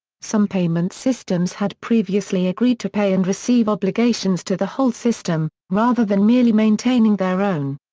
some payments systems had previously agreed to pay and receive obligations to the whole system, rather than merely maintaining their own.